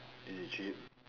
is it cheap